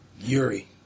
Yuri